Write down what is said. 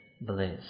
blaze